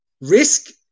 Risk